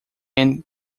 end